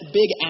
big